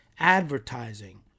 advertising